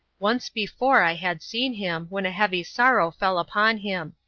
once before i had seen him, when a heavy sorrow fell upon him.